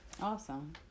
Awesome